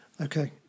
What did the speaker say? okay